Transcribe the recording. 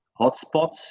hotspots